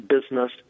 business